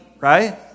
right